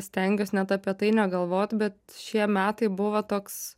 stengiuos net apie tai negalvot bet šie metai buvo toks